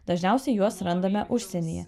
dažniausiai juos randame užsienyje